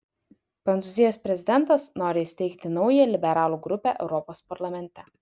prancūzijos prezidentas nori įsteigti naują liberalų grupę europos parlamente